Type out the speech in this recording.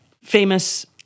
Famous